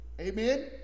Amen